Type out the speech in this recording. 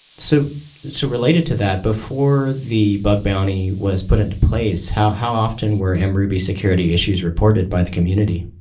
so so related to that, before the bug bounty was put into place, how how often were and mruby security issues reported by the community?